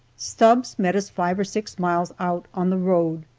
stubbs met us five or six miles out on the road.